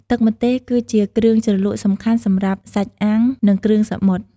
ទឹកម្ទេសគឺជាគ្រឿងជ្រលក់សំខាន់សម្រាប់សាច់អាំង និងគ្រឿងសមុទ្រ។